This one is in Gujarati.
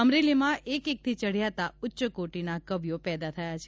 અમરેલીમાં એક એકથી ચઢિયાતા ઉચ્ચ કોટિના કવિઓ પેદા થયા છે